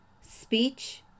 speech